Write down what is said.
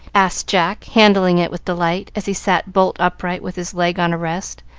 asked jack, handling it with delight, as he sat bolt upright, with his leg on a rest,